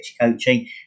coaching